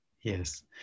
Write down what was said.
Yes